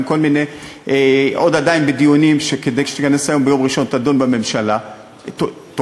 היא עדיין בדיונים כדי שתיכנס ביום ראשון ותעבור בממשלה כמובן,